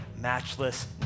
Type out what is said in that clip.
matchless